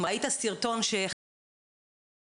אם ראית סרטון שאחד